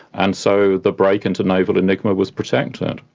and so the break into naval enigma was protected.